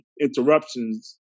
interruptions